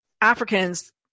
Africans